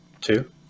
two